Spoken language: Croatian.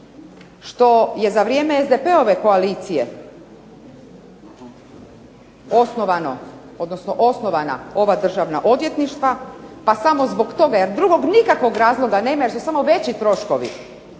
što je za vrijeme SDP-ove koalicije osnovano, odnosno osnovana ova državna odvjetništva, pa samo zbog toga, jer drugog nikakvog razloga nema, jer su samo veći troškovi